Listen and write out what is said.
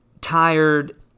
tired